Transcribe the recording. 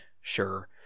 sure